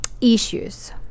issues